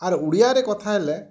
ଆର୍ ଓଡ଼ିଆରେ କଥା ହେଲେ